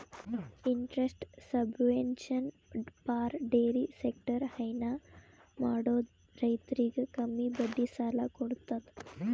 interest subvention for dairy sector ಹೈನಾ ಮಾಡೋ ರೈತರಿಗ್ ಕಮ್ಮಿ ಬಡ್ಡಿ ಸಾಲಾ ಕೊಡತದ್